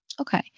Okay